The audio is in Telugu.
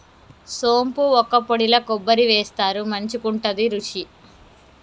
సోంపు వక్కపొడిల కొబ్బరి వేస్తారు మంచికుంటది రుచి